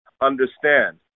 understand